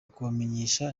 kubamenyesha